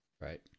Right